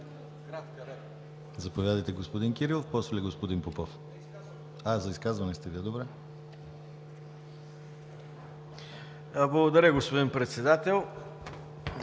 Благодаря, господин Председател.